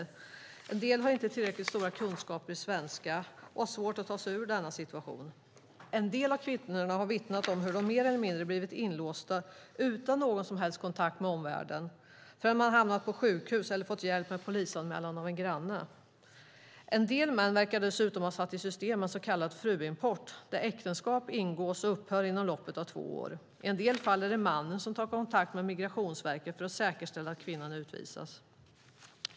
En del kvinnor har inte tillräckligt stora kunskaper i svenska och har svårt att ta sig ur denna situation, och en del kvinnor har vittnat om hur de mer eller mindre blivit inlåsta utan någon som helst kontakt med omvärlden - inte förrän de hamnat på sjukhus eller fått hjälp av en granne med en polisanmälan. En del män verkar dessutom ha satt så kallad fruimport i system. Äktenskap ingås och upphör inom loppet av två år. I en del fall är det mannen som tar kontakt med Migrationsverket för att säkerställa att kvinnan utvisas.